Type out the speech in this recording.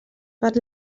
per